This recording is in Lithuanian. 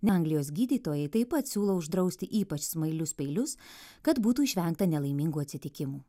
ne anglijos gydytojai taip pat siūlo uždrausti ypač smailius peilius kad būtų išvengta nelaimingų atsitikimų